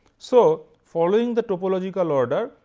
so, following the topological order,